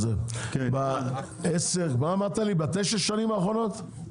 הם יתייחסו לזה , מה אמרת לי בתשע שנים האחרונות?